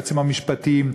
ליועצים המשפטיים.